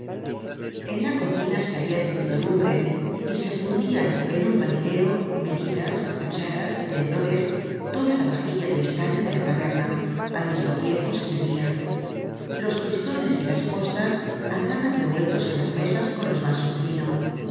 en la cocina se habia encendido lumbre y se fundian en un balinero medidas cucharas tenedores toda la vajilla de estaño de la taberna al mismo tiempo se bebia los pistones y las postas andaban revueltos en las mesas con los vasos de vino